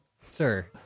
Sir